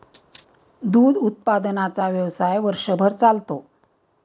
दूध उत्पादनाचा व्यवसाय वर्षभर चालतो